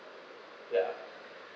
ya